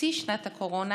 ובחצי שנת הקורונה